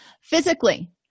Physically